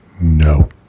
No